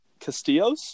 Castillos